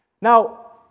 Now